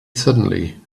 suddenly